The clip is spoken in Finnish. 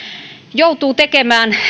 joutuu tekemään